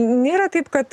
nėra taip kad